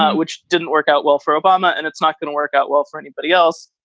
which didn't work out well for obama and it's not going to work out well for anybody else.